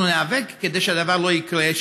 ואנחנו ניאבק כדי שהדבר לא יקרה,